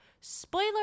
spoiler